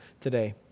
today